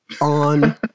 on